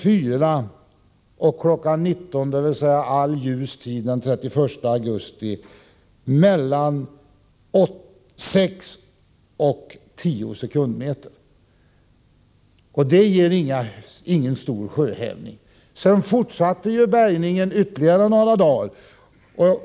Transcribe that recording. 4 och 19, dvs. all ljus tid den 31 augusti, mellan 6 och 10 meter per sekund, och det ger ingen stor sjöhävning. Bärgningen fortsatte sedan ytterligare några dagar.